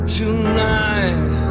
tonight